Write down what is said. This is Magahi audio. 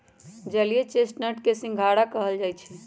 जलीय चेस्टनट के सिंघारा कहल जाई छई